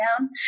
down